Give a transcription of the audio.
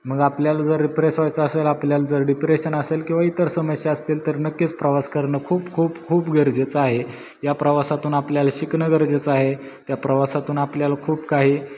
मग आपल्याला जर रिप्रेश व्हायचं असेल आपल्याला जर डिप्रेशन असेल किंवा इतर समस्या असतील तर नक्कीच प्रवास करणं खूप खूप खूप गरजेचं आहे या प्रवासातून आपल्याला शिकणं गरजेचं आहे त्या प्रवासातून आपल्याला खूप काही